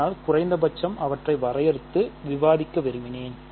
ஆனால் குறைந்தபட்சம் அவற்றை வரையறுத்து விவாதிக்க விரும்பினேன்